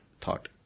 thought